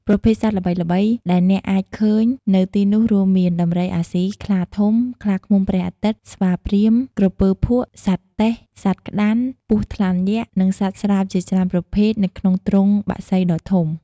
ប្រភេទសត្វល្បីៗដែលអ្នកអាចឃើញនៅទីនោះរួមមាន ដំរីអាស៊ី ខ្លាធំ ខ្លាឃ្មុំព្រះអាទិត្យ ស្វាព្រាហ្មណ៍ ក្រពើភក់ សត្វតេះ សត្វក្តាន់ ពស់ថ្លាន់យក្ស និងសត្វស្លាបជាច្រើនប្រភេទនៅក្នុងទ្រុងបក្សីដ៏ធំ។